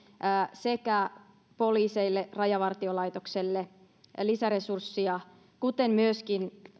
sekä poliiseille rajavartiolaitokselle lisäresurssia kuten myöskin